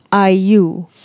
IU